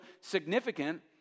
significant